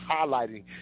highlighting